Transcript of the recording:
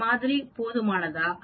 இந்த மாதிரி போதுமானதா